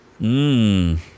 Mmm